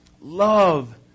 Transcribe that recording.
love